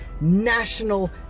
national